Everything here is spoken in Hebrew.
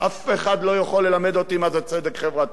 אף אחד לא יכול ללמד אותי מה זה צדק חברתי.